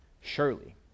surely